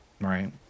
Right